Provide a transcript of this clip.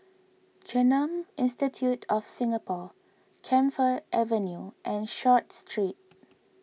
Genome Institute of Singapore Camphor Avenue and Short Street